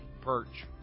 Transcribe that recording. perch